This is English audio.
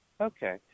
Okay